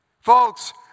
Folks